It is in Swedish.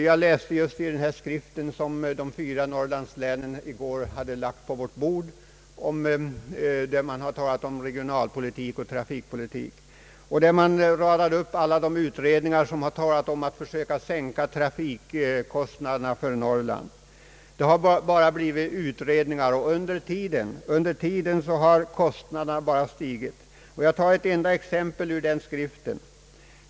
Jag läste just den skrift om trafikpolitik som de fyra Norrlandslänen i går lade på vårt bord och där man radar upp alla de utredningar som har talat om att sänka transportkostnaderna för Norrland. Men det har bara blivit utredningar, och under tiden har kostnaderna stigit. Jag vill anföra ett enda exempel ur den skriften.